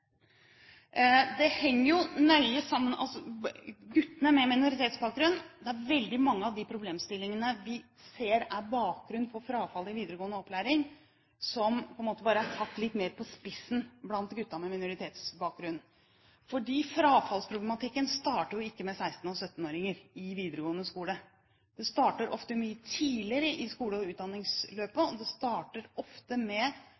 Veldig mange av de problemstillingene som vi ser er bakgrunnen for frafall i videregående opplæring, er på en måte bare satt litt mer på spissen blant gutter med minoritetsbakgrunn, for frafallsproblematikken starter jo ikke med 16–17-åringer i videregående skole. Det starter ofte mye tidligere i skole- og utdanningsløpet, og det starter ofte med